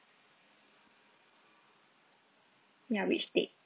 ya which date